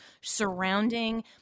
surrounding